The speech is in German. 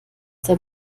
der